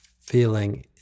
feeling